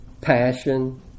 Passion